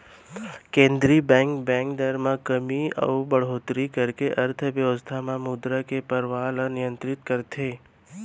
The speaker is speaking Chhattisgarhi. केंद्रीय बेंक, बेंक दर म कमी अउ बड़होत्तरी करके अर्थबेवस्था म मुद्रा के परवाह ल नियंतरित करथे